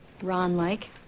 Ron-like